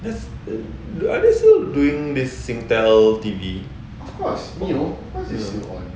that's the other also doing this Singtel T_V